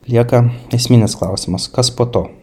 lieka esminis klausimas kas po to